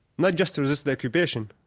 not just to resist the occupation,